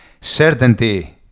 certainty